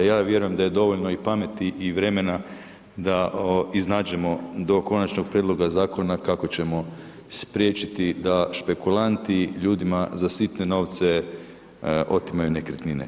Ja vjerujem da je dovoljno i pameti i vremena da iznađemo do konačnog prijedloga zakona kako ćemo spriječiti da špekulanti ljudima za sitne novce otimaju nekretnine.